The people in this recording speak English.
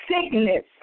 sickness